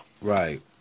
right